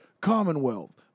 Commonwealth